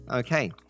Okay